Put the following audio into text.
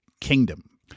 Kingdom